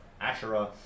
Asherah